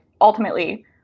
ultimately